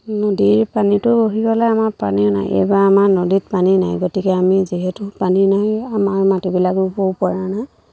নদীৰ পানীটো অহি গ'লে আমাৰ পানীও নাই এইবাৰ আমাৰ নদীত পানী নাই গতিকে আমি যিহেতু পানী নাই আমাৰ মাটিবিলাক ৰুবও পৰা নাই